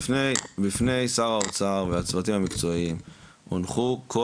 בפני שר האוצר והצוותים המקצועיים הונחו כל